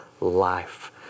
life